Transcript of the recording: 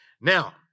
Now